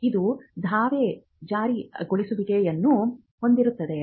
ಇದು ದಾವೆ ಜಾರಿಗೊಳಿಸುವಿಕೆಯನ್ನು ಹೊಂದಿರುತ್ತದೆ